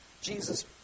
Jesus